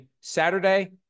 Saturday